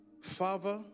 Father